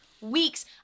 weeks